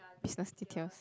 business details